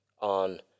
on